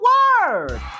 Word